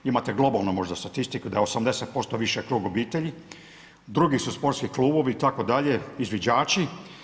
Imate globalno možda statistiku da je 80% više krug obitelji, drugi su sportski klubovi itd., izviđači.